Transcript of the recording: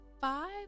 five